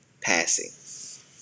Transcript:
passing